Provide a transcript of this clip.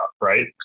Right